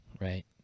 right